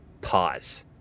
Pause